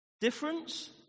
difference